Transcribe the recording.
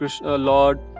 Lord